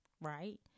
right